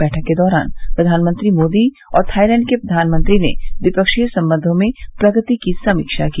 बैठक के दौरान प्रधानमंत्री मोदी और थाईलैंड के प्रधानमंत्री ने द्विपक्षीय संबंधों में प्रगति की समीक्षा की